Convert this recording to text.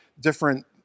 different